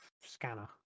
scanner